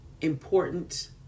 important